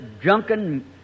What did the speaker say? drunken